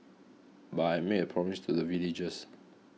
but I made promise to the villagers